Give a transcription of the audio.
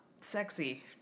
sexy